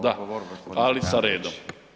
Da, ali sa redom.